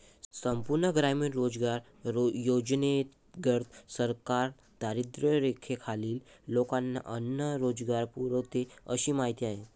संपूर्ण ग्रामीण रोजगार योजनेंतर्गत सरकार दारिद्र्यरेषेखालील लोकांना अन्न आणि रोजगार पुरवते अशी माहिती आहे